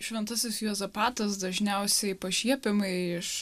šventasis juozapatas dažniausiai pašiepiamai iš